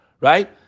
Right